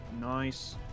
Nice